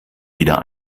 wieder